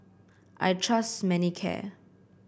I trust Manicare